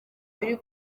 biri